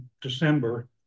December